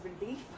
relief